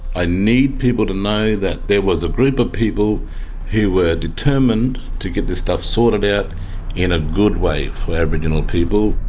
i need people to know that there was a group of people who were determined to get this stuff sorted out in a good way for aboriginal people.